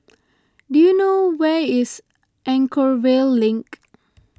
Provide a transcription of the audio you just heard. do you know where is Anchorvale Link